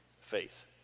faith